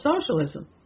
Socialism